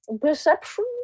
perception